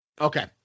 Okay